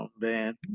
band